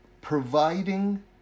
providing